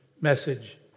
message